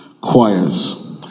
choirs